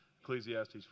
Ecclesiastes